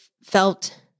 felt